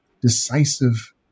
decisive